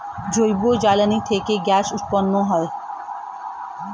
জৈব জ্বালানি থেকে গ্যাস উৎপন্ন করা যায়